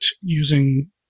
using